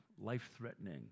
life-threatening